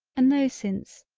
a no since,